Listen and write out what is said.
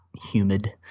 humid